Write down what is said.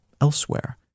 elsewhere